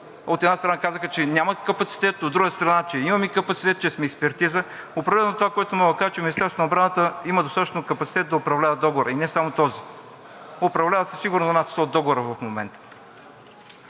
от една страна, че няма капацитет, а от друга страна, че имаме капацитет, че сме експертиза. Определено това, което мога да кажа, е, че Министерството на отбраната има достатъчно капацитет да управлява договора, и не само този. Управляват се сигурно над 100 договора в момента.